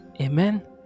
Amen